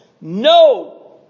No